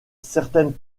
certaines